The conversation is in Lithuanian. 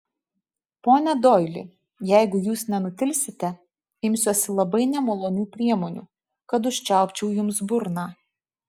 pone doili jeigu jūs nenutilsite imsiuosi labai nemalonių priemonių kad užčiaupčiau jums burną